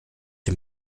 dem